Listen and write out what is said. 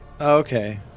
Okay